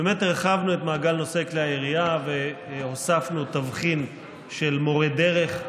באמת הרחבנו את מעגל נושאי כלי הירייה והוספנו תבחין של מורה דרך,